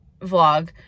vlog